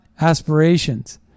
aspirations